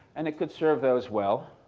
and it could serve those well.